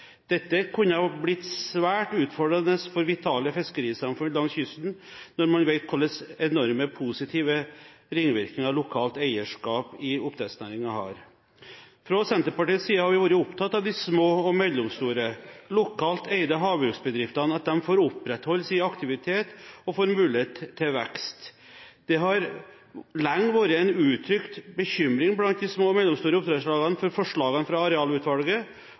Dette kunne ha blitt svært utfordrende for vitale fiskerisamfunn langs kysten, når man vet hvilke enorme positive ringvirkninger lokalt eierskap i oppdrettsnæringen har. Fra Senterpartiets side har vi vært opptatt av de små og mellomstore lokalt eide havbruksbedriftene – at de får opprettholde sin aktivitet og får mulighet til vekst. Det har lenge vært en uttrykt bekymring blant de små og mellomstore oppdrettsselskapene for forslagene fra Arealutvalget,